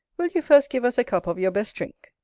will you first give us a cup of your best drink,